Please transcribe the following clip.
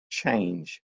change